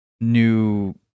new